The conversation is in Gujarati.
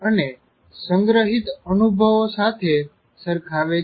અને સંગ્રહિત અનુભવો સાથે સરખાવે છે